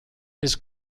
his